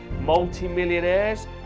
Multi-millionaires